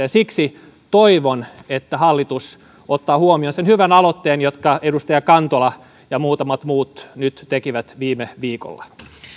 siksi toivon että hallitus ottaa huomioon sen hyvän aloitteen jonka edustaja kantola ja muutamat muut tekivät viime viikolla